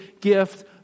gift